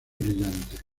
brillante